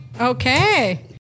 Okay